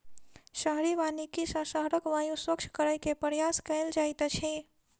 शहरी वानिकी सॅ शहरक वायु स्वच्छ करै के प्रयास कएल जाइत अछि